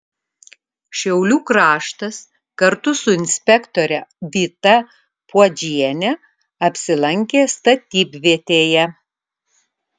šiaulių kraštas kartu su inspektore vyta puodžiene apsilankė statybvietėje